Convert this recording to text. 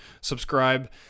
Subscribe